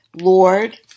Lord